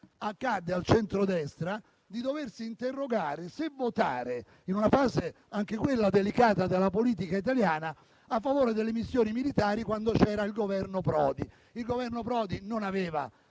accadde al centrodestra di doversi interrogare se, in una fase anch'essa delicata della politica italiana, votare a favore delle missioni militari quando c'era il Governo Prodi, che non aveva